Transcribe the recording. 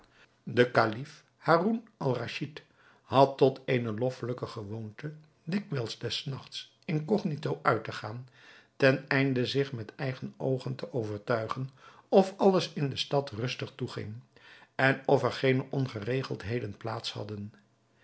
de kalif haroun-al-raschid had tot eene loffelijke gewoonte dikwijls des nachts incognito uit te gaan ten einde zich met eigen oogen te overtuigen of alles in de stad rustig toeging en of er geene ongeregeldheden plaats hadden